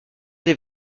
des